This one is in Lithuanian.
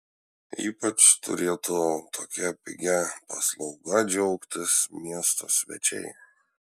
ypač turėtų tokia pigia paslauga džiaugtis miesto svečiai